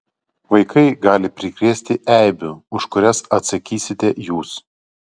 vaikai gali prikrėsti eibių už kurias atsakysite jūs